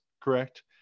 correct